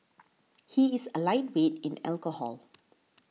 he is a lightweight in alcohol